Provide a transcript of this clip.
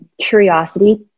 curiosity